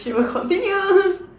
she will continue